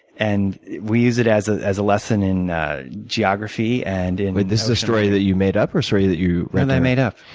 and we use it as ah as a lesson in geography and and this is a story that you made up, or a story that you that i made up.